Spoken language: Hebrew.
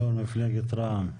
יו"ר מפלגת רע"מ.